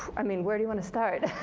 i mean, where do you want to start?